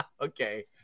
Okay